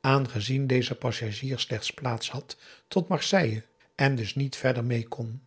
aangezien deze passagier slechts plaats had tot marseille en dus niet verder meê kon